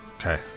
Okay